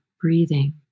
breathing